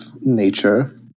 nature